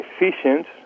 efficient